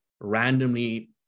randomly